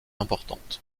importante